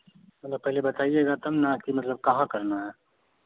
मतलब पहले बताईएगा तब ना कि मतलब कहाँ करना है